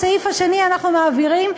את הסעיף השני אנחנו מעבירים,